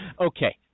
Okay